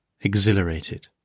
exhilarated